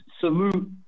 salute